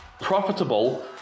profitable